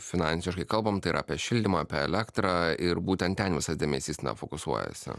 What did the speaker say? finansiškai kalbam tai yra apie šildymą apie elektrą ir būtent ten visas dėmesys na fokusuojasi